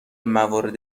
موارد